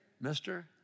mister